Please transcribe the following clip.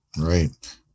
Right